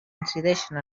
incideixen